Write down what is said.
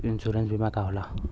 Insurance बीमा का होला?